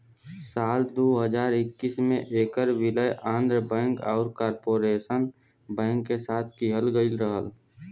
साल दू हज़ार इक्कीस में ऐकर विलय आंध्रा बैंक आउर कॉर्पोरेशन बैंक के साथ किहल गयल रहल